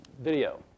video